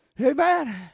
amen